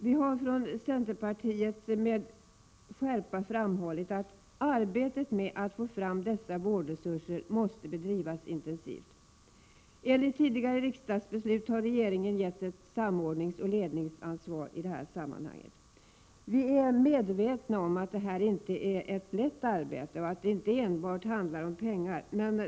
Vi har från centerpartiet med skärpa framhållit att arbetet med att få fram dessa vårdresurser måste bedrivas intensivt. Enligt tidigare riksdagsbeslut har regeringen getts ett samordningsoch ledningsansvar i det här sammanhanget. Vi är medvetna om att detta inte är ett lätt arbete och att det inte enbart handlar om pengar.